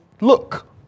look